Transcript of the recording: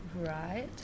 Right